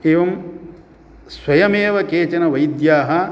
एवं स्वयमेव केचन वैद्याः